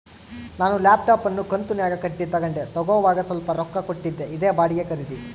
ನಾನು ಲ್ಯಾಪ್ಟಾಪ್ ಅನ್ನು ಕಂತುನ್ಯಾಗ ಕಟ್ಟಿ ತಗಂಡೆ, ತಗೋವಾಗ ಸ್ವಲ್ಪ ರೊಕ್ಕ ಕೊಟ್ಟಿದ್ದೆ, ಇದೇ ಬಾಡಿಗೆ ಖರೀದಿ